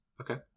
Okay